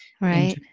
right